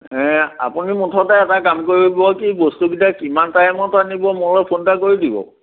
এ আপুনি মুঠতে এটা কাম কৰিব কি বস্তুকেইটা কিমান টাইমত আনিব মই ফোন এটা কৰি দিব